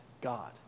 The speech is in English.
god